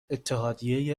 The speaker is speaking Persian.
اتحادیه